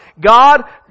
God